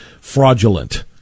fraudulent